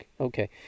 Okay